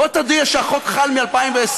בוא תודיע שהחוק חל מ-2020.